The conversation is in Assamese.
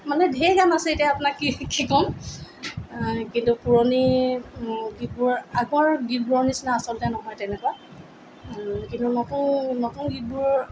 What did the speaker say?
মানে ঢেৰ গান আছে এতিয়া আপোনাক কি কি ক'ম কিন্তু পুৰণি গীতবোৰ আগৰ গীতবোৰৰ নিচিনা আচলতে নহয় তেনেকুৱা কিন্তু নতুন নতুন গীতবোৰৰ